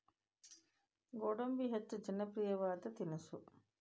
ಗೋಡಂಬಿ ಹೆಚ್ಚ ಜನಪ್ರಿಯವಾದ ತಿನಿಸು